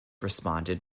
responded